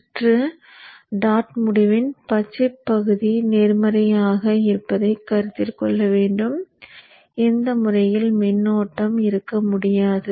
சுற்று டாட் முடிவின் பச்சைப் பகுதி நேர்மறையாக இருப்பதைக் கருத்தில் கொள்ள வேண்டும் இந்த முறையில் மின்னோட்ட ஓட்டம் இருக்க முடியாது